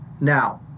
Now